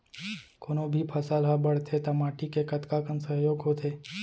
कोनो भी फसल हा बड़थे ता माटी के कतका कन सहयोग होथे?